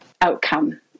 outcome